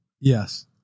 Yes